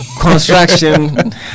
Construction